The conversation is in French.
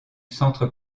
centre